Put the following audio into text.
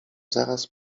zaraz